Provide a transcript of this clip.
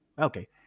Okay